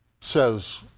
says